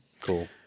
cool